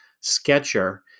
sketcher